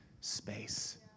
space